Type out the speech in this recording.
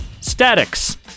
Statics